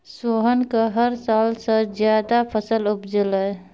सोहन कॅ हर साल स ज्यादा फसल उपजलै